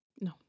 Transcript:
No